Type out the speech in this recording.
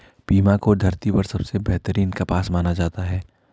Pima को धरती पर सबसे बेहतरीन कपास माना जाता है